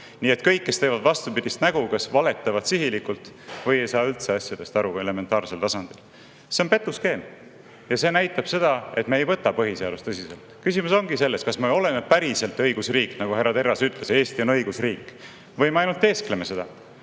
Nii et kõik need, kes teevad vastupidist nägu, kas valetavad sihilikult või ei saa üldse asjadest aru, ka mitte elementaarsel tasandil. See on petuskeem. Ja see näitab seda, et me ei võta põhiseadust tõsiselt. Küsimus ongi selles, kas me oleme päriselt õigusriik – nagu härra Terras ütles, Eesti on õigusriik – või me ainult teeskleme seda.